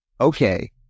okay